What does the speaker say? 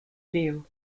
feel